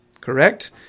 Correct